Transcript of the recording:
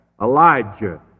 Elijah